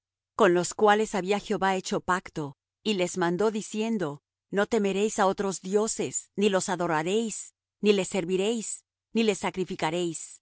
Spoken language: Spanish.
con los cuales había jehová hecho pacto y les mandó diciendo no temeréis á otros dioses ni los adoraréis ni les serviréis ni les sacrificaréis mas á